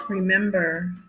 Remember